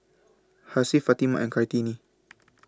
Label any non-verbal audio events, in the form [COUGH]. Hasif Fatimah and Kartini [NOISE]